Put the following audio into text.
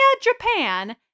Japan